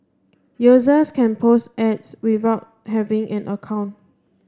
users can post ads without having an account